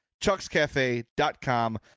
Chuck'sCafe.com